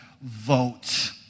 Vote